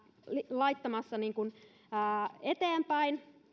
laittamassa eteenpäin